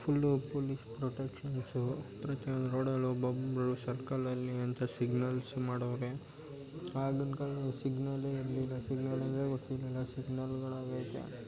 full police protections ಪ್ರತಿ ಒಂದು ರೋಡಲ್ಲಿ ಒಬ್ಬೊಬ್ಬರು ಸರ್ಕಲಲ್ಲಿ ಅಂತ ಸಿಗ್ನಲ್ಸ್ ಮಾಡವರೆ ಆಗಿನ ಕಾಲ್ದಲ್ಲಿ ಸಿಗ್ನಲ್ಲೆ ಇರಲಿಲ್ಲ ಸಿಗ್ನಲ್ ಅಂದರೆ ಗೊತ್ತಿರಲಿಲ್ಲ ಸಿಗ್ನಲ್ಲುಗಳಾಗೈತೆ